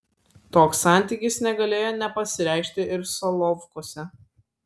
toks santykis negalėjo nepasireikšti ir solovkuose